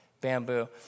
bamboo